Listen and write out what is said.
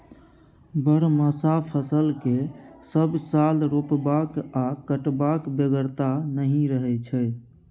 बरहमासा फसल केँ सब साल रोपबाक आ कटबाक बेगरता नहि रहै छै